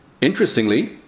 Interestingly